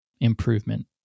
improvement